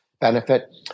benefit